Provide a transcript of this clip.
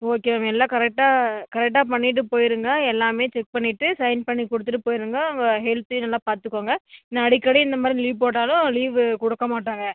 ஓகேங்க எல்லாம் கரெக்டாக கரெக்டாக பண்ணிவிட்டு போயிடுங்க எல்லாமே செக் பண்ணிவிட்டு சைன் பண்ணிக் கொடுத்துட்டு போயிடுங்க உங்கள் ஹெல்த்தையும் நல்லா பார்த்துக்கோங்க நான் அடிக்கடி இந்த மாதிரி லீவ் போட்டாலோ லீவு கொடுக்க மாட்டேங்க